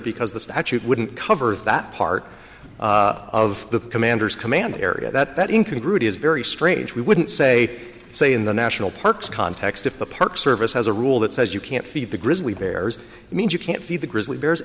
because the statute wouldn't cover that part of the commander's command area that in congruity is very strange we wouldn't say say in the national parks context if the park service has a rule that says you can't feed the grizzly bears means you can't feed the grizzly bears